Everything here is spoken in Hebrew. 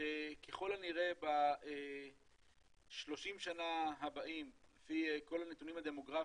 שככל הנראה ב-30 השנים הבאות לפי כל הנתונים הדמוגרפיים,